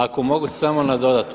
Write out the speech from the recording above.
Ako mogu samo nadodati.